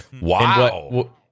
wow